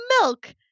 milk